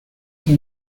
que